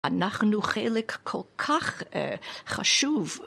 אנחנו חלק כל כך חשוב.